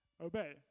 obey